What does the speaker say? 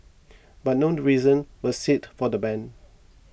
but none reasons were sit for the ban